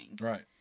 Right